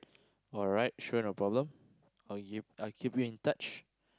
alright sure no problem I'll y~ I'll keep you in touch